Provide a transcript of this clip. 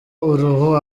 uruhu